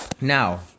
Now